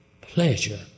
pleasure